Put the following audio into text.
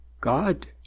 God